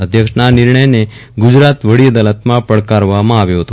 અધ્યક્ષના આ નિર્ણયને ગુજરાત વડી અદાલતમાં પડકારવામાં આવ્યો હતો